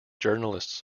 journalists